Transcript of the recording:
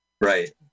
Right